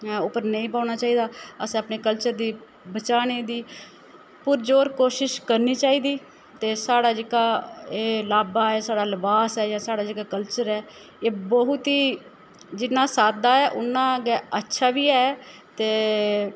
उप्पर नेईं पौना चाहिदा असें अपने कल्चर गी बचाने दी पुर जोर कोशिश करनी चाहिदी ते साढ़ा जेह्का एह् लाब्बा ऐ साढ़ा लबास ऐ साढ़ा जेह्का कल्चर ऐ एह् बोह्त ही जिन्ना सादा ऐ उ'न्ना गै अच्छा बी ऐ ते